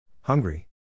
hungry